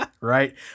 Right